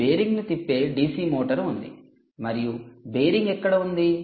ఈ బేరింగ్ను తిప్పే DC మోటారు ఉంది మరియు బేరింగ్ ఎక్కడ ఉంది